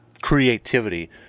creativity